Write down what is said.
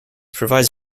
provides